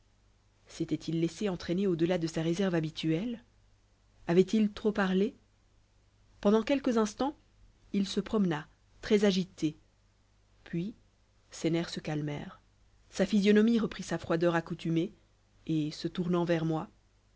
s'était-il laissé entraîner au-delà de sa réserve habituelle avait-il trop parlé pendant quelques instants il se promena très agité puis ses nerfs se calmèrent sa physionomie reprit sa froideur accoutumée et se tournant vers moi